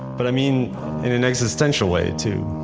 but i mean in an existential way too.